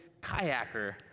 kayaker